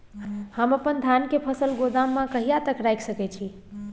हम अपन धान के फसल गोदाम में कहिया तक रख सकैय छी?